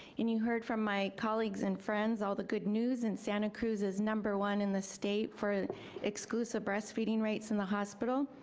and you heard from my colleagues and friends, all the good news in santa cruz is number one in the state for exclusive breastfeeding rates in the hospital.